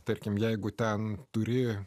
tarkim jeigu ten turi